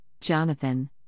Jonathan